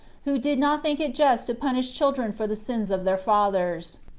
who did not think it just to punish children for the sins of their fathers.